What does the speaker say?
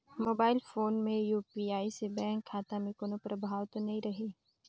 Mobile phone मे UPI से bank खाता मे कोनो प्रभाव तो नइ रही?